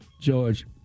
George